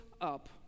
up